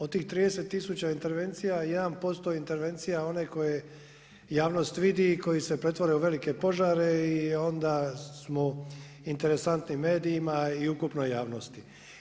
Od tih 30 tisuća intervencija 1% intervencija one koje javnost vidi i koji se pretvore u velike požare i onda smo interesantni medijima i ukupnoj javnosti.